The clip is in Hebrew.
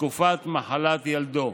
בתקופת מחלת ילדו.